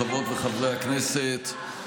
חברות וחברי הכנסת,